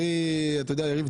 חבר הכנסת יריב לוין,